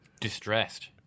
Distressed